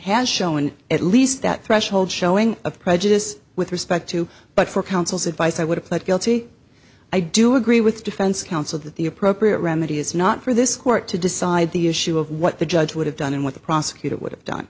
has shown at least that threshold showing of prejudice with respect to but for counsel's advice i would have pled guilty i do agree with defense counsel that the appropriate remedy is not for this court to decide the issue of what the judge would have done and what the prosecutor would have done